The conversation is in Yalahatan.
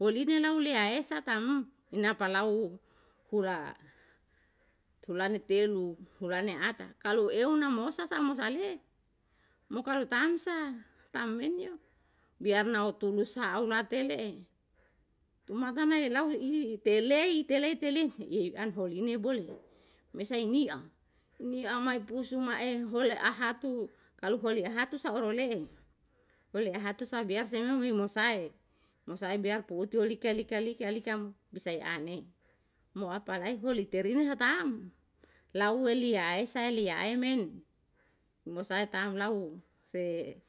holine lau lia e sa ta um inapalauw hula tulane telu hulane ata kalu eu namosa mo sale kalu tansa tam menyo biar na utulus sa u la atele le tumata elau i telei telei i an holine bole misa i nia nia mae pusu mae ole ahatu kalu ole ahatu sa oro le'e ole ahatu sa biar se sa mosae, mosae putio lika lika bisa i an ne mo apa lai holit terine atam la uwe liya e saem liya e men morsae tam lau se